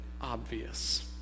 obvious